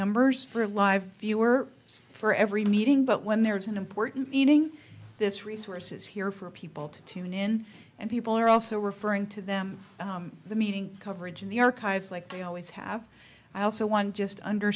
numbers for live viewer for every meeting but when there is an important meeting this resources here for people to tune in and people are also referring to them the meeting coverage in the archives like they always have i also one just under